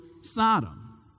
Sodom